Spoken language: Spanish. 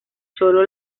sólo